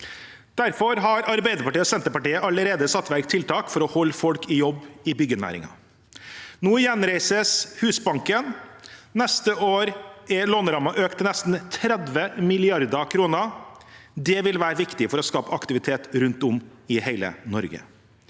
Derfor har Arbeiderpartiet og Senterpartiet allerede satt i verk tiltak for å holde folk i jobb i byggenæringen. Nå gjenreises Husbanken. Neste år er lånerammen økt til nesten 30 mrd. kr, og det vil være viktig for å skape aktivitet rundt om i hele Norge.